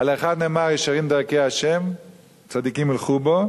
על האחד נאמר: ישרים דרכי ה', צדיקים ילכו בם,